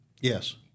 Yes